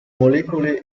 molecole